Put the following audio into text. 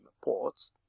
ports